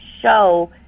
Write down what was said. show